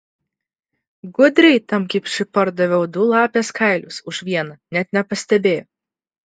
gudriai tam kipšui pardaviau du lapės kailius už vieną net nepastebėjo